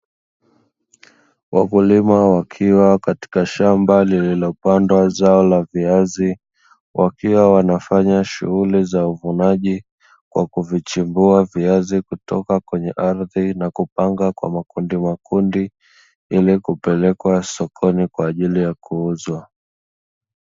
Wakulima wakiwa katika shamba lililopandwa zao la viazi, wakiwa wanafanya shughuli za uvunaji. Kwa kuvichimbua viazi kutoka kwenye ardhi na kupanga kwa makundi makundi, ili kupelekwa sokoni kwa ajili ya kuuzwa.